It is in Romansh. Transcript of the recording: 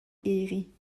eri